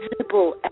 visible